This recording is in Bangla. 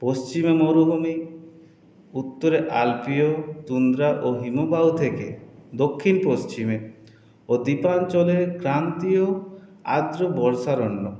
পশ্চিমে মরুভূমি উত্তরে আল্পীয় তুন্দ্রা ও হিমবাহ থেকে দক্ষিণ পশ্চিমে অধিকাঞ্চলের ক্রান্তীয় আর্দ্র বর্ষারণ্য